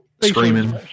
screaming